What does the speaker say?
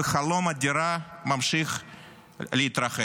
וחלום הדירה ממשיך להתרחק.